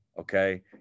okay